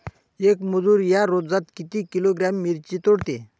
येक मजूर या रोजात किती किलोग्रॅम मिरची तोडते?